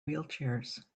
wheelchairs